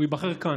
הוא ייבחר כאן,